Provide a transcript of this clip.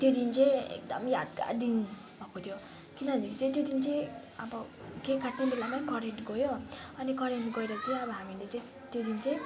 त्यो दिन चाहिँ एकदम यादगार दिन भएको थियो किनभने चाहिँ त्यो दिन चाहिँ अब केक काट्ने बेलामै करेन्ट गयो अनि करेन्ट गएर चाहिँ हामीले चाहिँ त्यो दिन चाहिँ